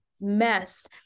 mess